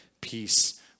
peace